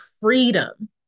freedom